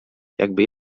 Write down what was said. jakby